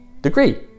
degree